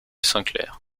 sinclair